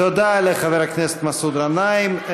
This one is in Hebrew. תודה לחבר הכנסת מסעוד גנאים.